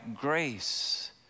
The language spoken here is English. grace